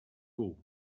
haut